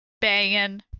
banging